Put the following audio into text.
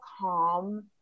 calm